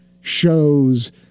shows